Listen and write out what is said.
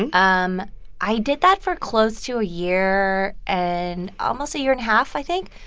and um i did that for close to a year and almost a year and a half, i think,